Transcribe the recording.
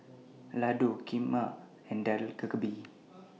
Ladoo Kheema and Dak Galbi